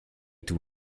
tout